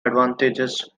advantages